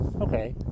Okay